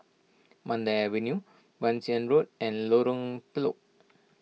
Mandai Avenue Bassein Road and Lorong Telok